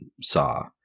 saw